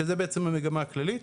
שזה בעצם המגמה הכללית.